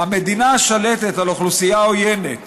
המדינה השלטת על אוכלוסייה עוינת